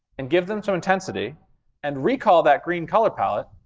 and give them some intensity and recall that green color palette,